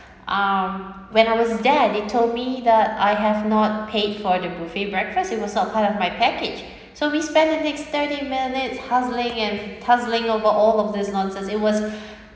um when I was there they told me that I have not paid for the buffet breakfast it was not part of my package so we spent the next thirty minutes hustling and puzzling over all of this nonsense it was